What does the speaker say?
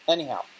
Anyhow